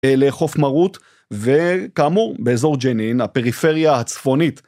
לאכוף מרות וכאמור, באזור ג'נין הפריפריה הצפונית.